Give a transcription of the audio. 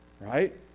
right